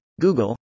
Google